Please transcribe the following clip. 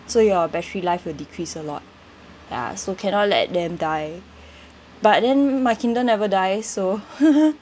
so your battery life will decrease a lot ya so cannot let them die but then my Kindle never die so